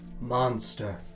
Monster